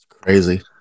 crazy